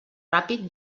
ràpid